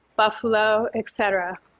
buffalo, et cetera.